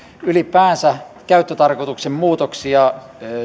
ylipäänsä käyttötarkoituksen muutoksia